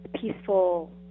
peaceful